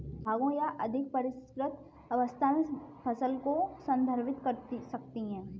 फसलें या तो काटे गए भागों या अधिक परिष्कृत अवस्था में फसल को संदर्भित कर सकती हैं